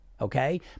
okay